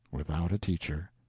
without a teacher.